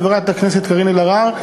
חברת הכנסת קארין אלהרר.